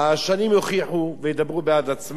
השנים יוכיחו וידברו בעד עצמן.